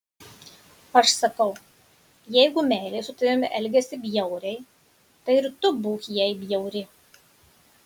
aš sakau jeigu meilė su tavimi elgiasi bjauriai tai ir tu būk jai bjauri